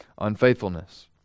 unfaithfulness